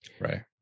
right